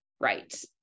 right